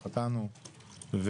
חטאנו,